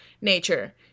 nature